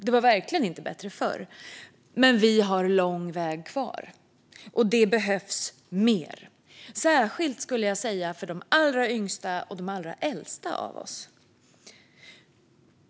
Det var verkligen inte bättre förr, men vi har lång väg kvar. Och det behövs mer, särskilt för de allra yngsta och de allra äldsta av oss.